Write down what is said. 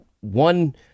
one